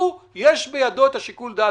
יש בידו את שיקול הדעת,